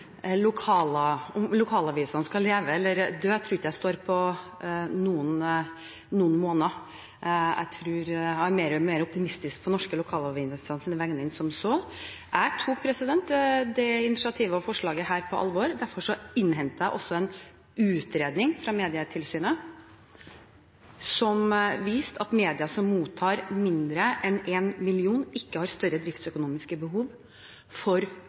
mer optimistisk på norske lokalavisers vegne enn som så. Jeg tok dette initiativet og forslaget på alvor. Derfor innhentet jeg også en utredning fra Medietilsynet som viste at medier som mottar mindre enn 1 mill. kr, ikke har større driftsøkonomiske behov for